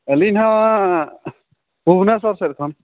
ᱟᱹᱞᱤᱧ ᱱᱟᱦᱟᱜ ᱵᱷᱩᱵᱽᱱᱮᱥᱚᱨ ᱥᱮᱫ ᱠᱷᱚᱱ